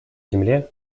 земле